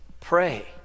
pray